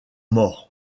morts